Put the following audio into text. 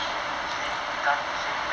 you mean same time same batch